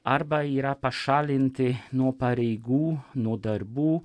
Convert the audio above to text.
arba yra pašalinti nuo pareigų nuo darbų